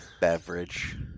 beverage